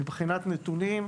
מבחינת נתונים,